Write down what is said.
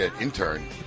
intern